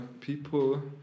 people